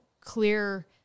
clear